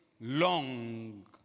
long